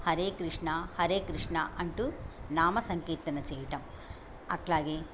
హరే కృష్ణ హరే కృష్ణ అంటూ నామ సంకీర్తన చేయటం అట్లాగే